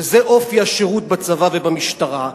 וזה אופי השירות בצבא ובמשטרה.